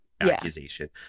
accusation